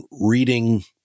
reading